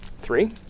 Three